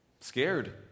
scared